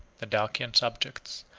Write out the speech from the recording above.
the dacian subjects,